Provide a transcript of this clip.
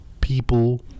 people